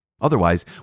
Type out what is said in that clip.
Otherwise